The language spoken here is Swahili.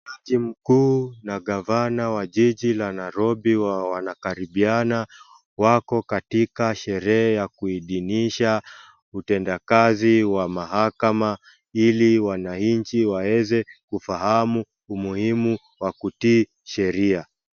Jaji mkuu na gavana wa jiji la Nairobi wanakaribiana, wako katika sherehe ya kuidhinisha utendakazi wa mahakama ili wananchi waweze kufahamu umuhimu wa kutii sheria.